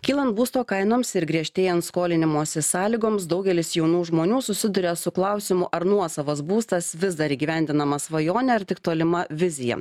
kylant būsto kainoms ir griežtėjant skolinimosi sąlygoms daugelis jaunų žmonių susiduria su klausimu ar nuosavas būstas vis dar įgyvendinama svajonė ar tik tolima vizija